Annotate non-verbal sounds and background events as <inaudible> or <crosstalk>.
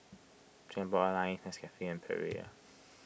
Singapore Airlines Nescafe and Perrier <noise>